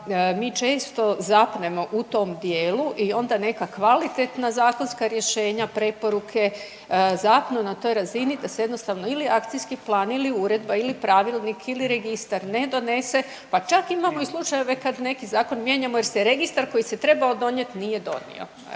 mi često zapnemo u tom dijelu i onda neka kvalitetna zakonska rješenja, preporuke zapnu na toj razini da se jednostavno ili akciji plan ili uredba ili pravilnik ili registar ne donese pa čak imamo i slučajeve kad neki zakon mijenjamo jer se registar koji se trebao donijeti nije donio.